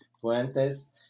Fuentes